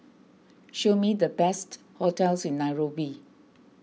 show me the best hotels in Nairobi